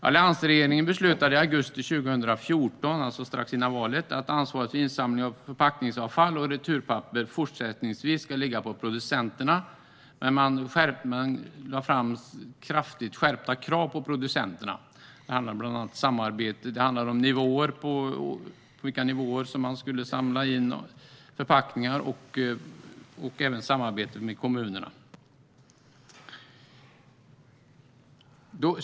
Alliansregeringen beslutade i augusti 2014, alltså strax före valet, att ansvaret för insamling av förpackningsavfall och returpapper fortsättningsvis skulle ligga på producenterna, med kraftigt skärpta krav på producenterna. Det handlade bland annat om på vilka nivåer man skulle samla in förpackningar och även om samarbetet med kommunerna.